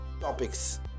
topics